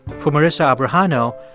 for marisa abrajano,